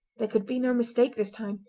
there could be no mistake this time,